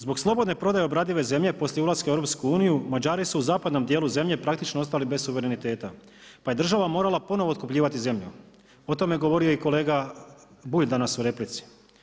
Zbog slobodne prodaje obradive zemlje poslije ulaska u EU Mađari su u zapadnom dijelu zemlje praktički ostali bez suvereniteta pa je država morala ponovno otkupljivati zemlju, o tome je govorio i kolega Bulj danas u replici.